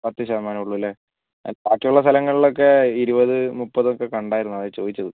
പത്ത് ശതമാനം ഉളളുവല്ലെ ബാക്കി ഉള്ള സ്ഥലങ്ങളിലൊക്കെ ഇരുപത് മുപ്പതൊക്കെ കണ്ടായിരുന്നു അതാ ചോദിച്ചത്